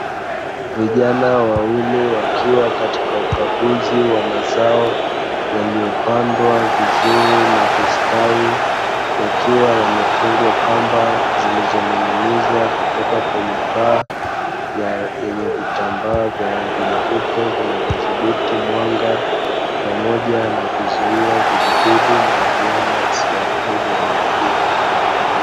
Vijana wawili wakiwa katika ukaguzi wa mazao, yalilyopandwa vizuri na kustawi; yakiwa yamefungwa kamba zilizoning'inizwa kutoka kwenye paa yenye vitambaa vya rangi nyeupe, vinavyodhibiti mwanga pamoja na kuzuia vijidudu na wanyama wasiharibu mimea hiyo.